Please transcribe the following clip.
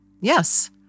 Yes